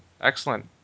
Excellent